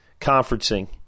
conferencing